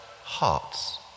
hearts